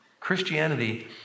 Christianity